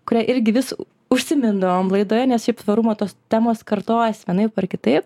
kurią irgi vis užsimindavom laidoje nes šiaip tvarumo tos temos kartojas vienaip ar kitaip